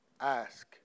ask